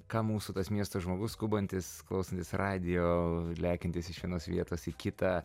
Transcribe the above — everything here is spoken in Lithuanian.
ką mūsų tas miesto žmogus skubantis klausantis radijo lekiantis iš vienos vietos į kitą